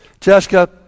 Jessica